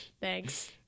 thanks